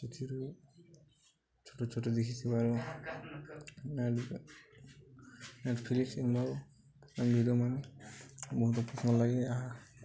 ସେଥିରୁ ଛୋଟ ଛୋଟ ଦେଖିଥିବାରୁ ଟ ନେଟଫିଲିକ୍ସ ଇଭଲ ଭିଡ଼ିଓମାନେ ବହୁତ ପସନ୍ଦ ଲାଗେ ଏହା